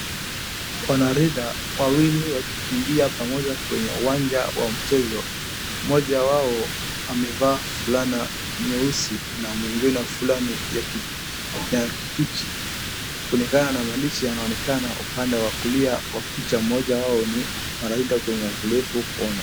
Wanariadha wawili wakikimbia pamoja kwenye uwanja wa mchezo. Mmoja wao amevaa fulana nyeusi na mwingine fulana ya kimbichi. Kulingana na maandishi yanaonekana upande wa kulia wa picha moja wao ni mwanariadha mwenye ulemavu wa kuona.